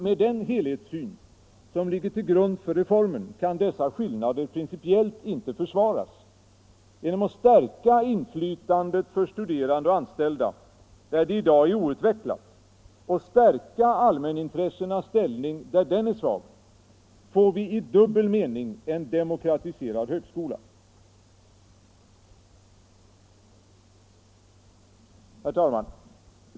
Med den helhetssyn som ligger till grund för reformen kan dessa skillnader principiellt inte försvaras. Genom att stärka inflytandet för studerande och anställda, där det i dag är outvecklat, och stärka allmänintressenas ställning, där den är svag, får vi i dubbel mening en demokratiserad högskola. Herr talman!